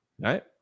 Right